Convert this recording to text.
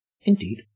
indeed